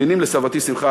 נינים לסבתי שמחה,